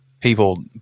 people